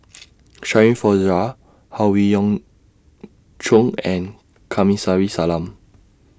Shirin Fozdar Howe Yoon Chong and Kamsari Salam